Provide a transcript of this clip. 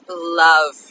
love